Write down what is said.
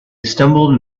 stumbled